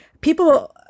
people